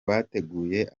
bateguye